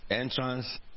entrance